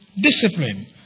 discipline